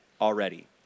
already